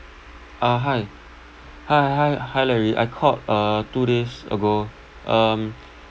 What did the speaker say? uh hi hi hi hi hi larry I called uh two days ago um